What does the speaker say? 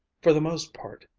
for the most part,